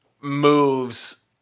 moves